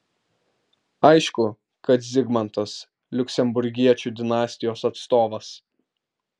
aišku kad zigmantas liuksemburgiečių dinastijos atstovas